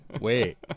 wait